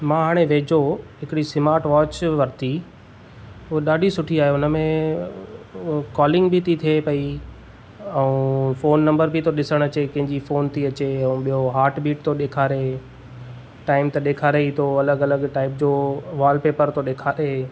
मां हाणे वेझो हिकड़ी स्मार्ट वॉच वरिती उहा ॾाढी सुठी आहे हुन में कॉलिंग बि थी थिए पेई ऐं फ़ोन नंबरु बि थो ॾिसणु अचे कंहिंजी फ़ोन थी अचे ऐं ॿियो हार्ट बीट थो ॾेखारे टाइम त ॾेखारे ई थो अलगि॒ अलगि॒ टाइप जो वॉलपेपर थो ॾेखारे